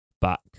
back